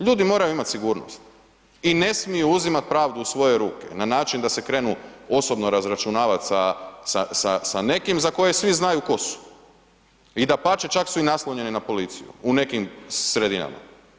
Ljudi moraju imat sigurnost i ne smiju uzimat pravdu u svoje ruke na način da se krenu osobno razračunavat sa nekim za koje svi znaju ko su i dapače, čak su i naslonjeni na policiju u nekim sredinama.